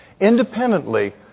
Independently